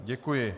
Děkuji.